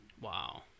Wow